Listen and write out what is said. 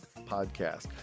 podcast